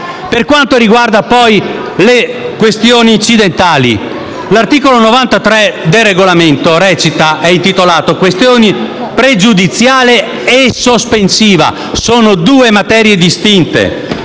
Per quanto riguarda le questioni incidentali, l'articolo 93 del Regolamento è intitolato «Questioni pregiudiziali e sospensiva». Sono due materie distinte.